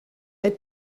het